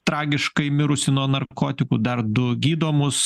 tragiškai mirusį nuo narkotikų dar du gydomus